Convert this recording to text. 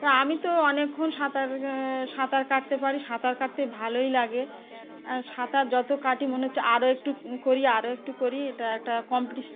তা আমি তো অনেকক্ষণ সাঁতার সাঁতার কাটতে পারি সাঁতার কাটতে ভালোই লাগে আর সাঁতার যত কাটি মনে হচ্ছে আরও একটু করি আরও একটু করি এটা একটা কম্পিটিশান